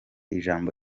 ijambo